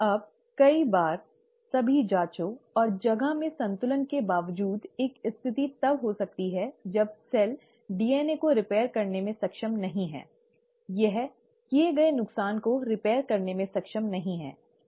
अब कई बार सभी जांचों और जगह में संतुलन के बावजूद एक स्थिति तब हो सकती है जब सेल डीएनए को रिपेयर करने में सक्षम नहीं है यह किए गए नुकसान को रिपेयर करने में सक्षम नहीं है